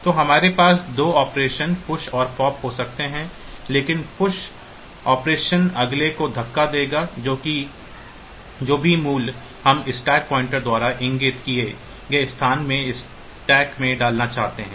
तो हमारे पास 2 ऑपरेशन पुश और पॉप हो सकते हैं लेकिन पुश ऑपरेशन अगले को धक्का देगा जो भी मूल्य हम स्टैक पॉइंटर द्वारा इंगित किए गए स्थान में स्टैक में डालना चाहते हैं